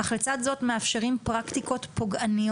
אך לצד זאת הם מאפשרים פרקטיקות פוגעניות.